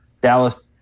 Dallas